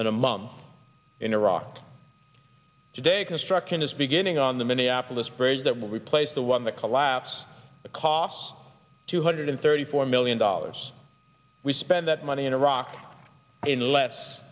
than a mom in iraq today construction is beginning on the minneapolis bridge that will replace the one the collapse costs two hundred thirty four million dollars we spend that money in iraq in less